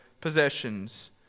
possessions